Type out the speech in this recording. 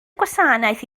gwasanaeth